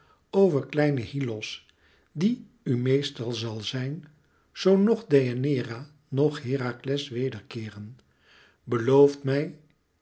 over kleinen hyllos die u meester zal zijn zoo noch deianeira noch herakles weder keeren belooft mij